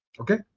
Okay